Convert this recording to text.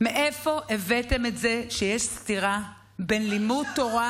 מאיפה הבאתם את זה שיש סתירה בין לימוד תורה